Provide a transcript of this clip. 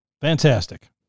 Fantastic